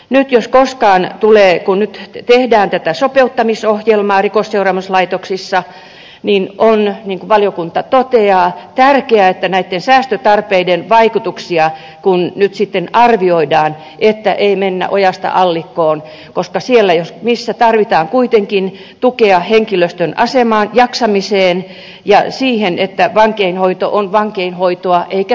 nyt jos koskaan kun tehdään tätä sopeuttamisohjelmaa rikosseuraamuslaitoksessa on niin kuin valiokunta toteaa tärkeää kun näitten säästötarpeiden vaikutuksia nyt sitten arvioidaan että ei mennä ojasta allikkoon koska siellä jos missään tarvitaan kuitenkin tukea henkilöstön asemaan jaksamiseen ja siihen että vankeinhoito on vankeinhoitoa eikä säilyttämistä